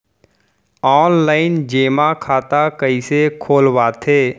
Online जेमा खाता कइसे खोलवाथे?